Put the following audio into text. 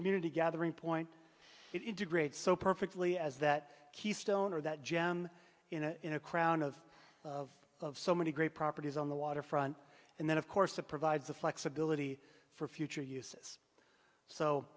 community gathering point it degrades so perfectly as that keystone or that john in a crown of of so many great properties on the waterfront and then of course to provide the flexibility for future uses so